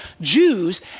Jews